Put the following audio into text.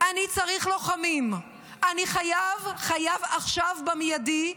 אני צריך לוחמים, אני חייב, חייב עכשיו, במיידי,